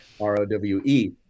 r-o-w-e